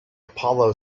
apollo